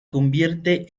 convierte